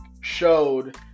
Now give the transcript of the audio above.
showed